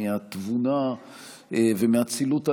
מהתבונה ומאצילות הנפש.